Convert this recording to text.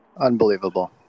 Unbelievable